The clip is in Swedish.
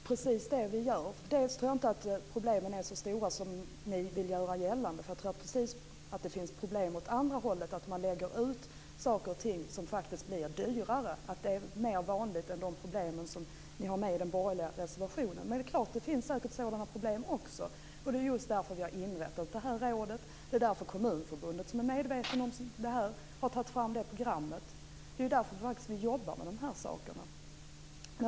Herr talman! Det är precis det vi gör. Nu tror jag inte att problemen är så stora som ni vill göra gällande. Jag tror att det finns problem åt andra hållet, nämligen att man lägger ut saker och ting så att det blir dyrare. Detta tror jag är vanligare än de problem som ni tar upp i den borgerliga reservationen. Men det är klart att det säkert finns sådana problem också, och det är just därför vi har inrättat det här rådet. Det är därför Kommunförbundet, som är medvetet om detta, har tagit fram det här programmet. Det är därför vi faktiskt jobbar med de här sakerna.